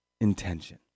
intention